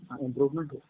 improvement